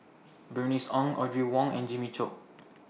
Bernice Ong Audrey Wong and Jimmy Chok